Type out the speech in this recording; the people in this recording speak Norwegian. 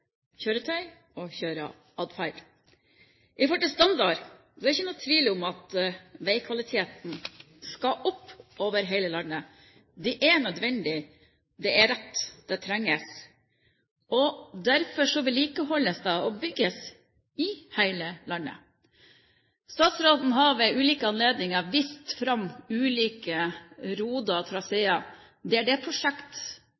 kjøretøy og kjøreatferd. Når det gjelder standard, er det ingen tvil om at veikvaliteten skal opp over hele landet. Det er nødvendig, det er riktig, det trengs. Derfor vedlikeholdes det og bygges i hele landet. Statsråden har ved ulike anledninger vist fram ulike roder